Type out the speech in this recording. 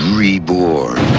reborn